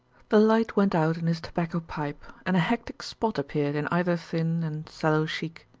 the light went out in his tobacco pipe, and a hectic spot appeared in either thin and sallow cheek.